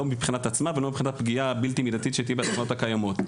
לא מבחינת עצמה ולא מבחינת פגיעה בלתי מידתית שתהיה בתחנות הקיימות.